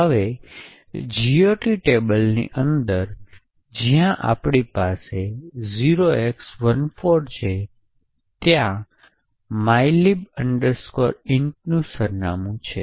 હવે GOT ટેબલની અંદર જ્યાં આપણી પાસે 0x14 છે જ્યાં mylib int નું સરનામું છે